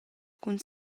cun